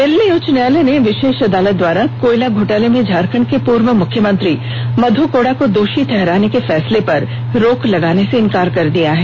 दिल्ली उच्च न्यायालय ने विशेष अदालत द्वारा कोयला घोटाले में झारखंड के पूर्व मुख्यमंत्री मधु कोड़ा को दोषी ठहराने के फैसले पर रोक लगाने से इन्कार कर दिया है